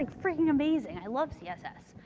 and freaking amazing. i love css.